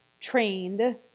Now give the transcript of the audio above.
trained